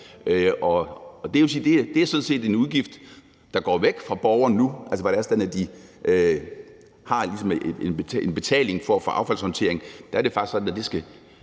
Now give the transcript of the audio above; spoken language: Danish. det er sådan set en udgift, der nu går væk fra borgeren. Altså, hvor de ligesom har haft en betaling for at få affaldshåndtering, er det faktisk sådan, at dele af